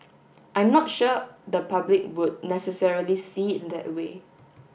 I'm not sure the public would necessarily see it that way